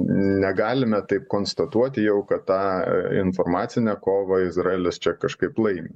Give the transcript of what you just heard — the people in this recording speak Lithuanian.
negalime taip konstatuoti jau kad tąa informacinę kovą izraelis čia kažkaip laimi